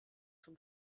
zum